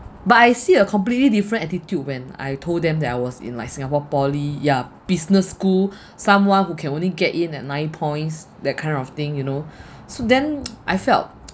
but I see a completely different attitude when I told them that I was in like singapore poly yeah business school someone who can only get in at nine points that kind of thing you know so then I felt